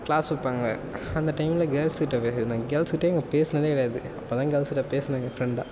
class வைப்பாங்க அந்த டைம்ல கேர்ள்ஸ்கிட்ட பேசிட்டு இருந்தேன் கேர்ள்ஸ்கிட்ட நான் பேசுனதே கிடையாது அப்போ தான் கேர்ள்ஸ்கிட்ட பேசுனேங்க ஃப்ரெண்டாக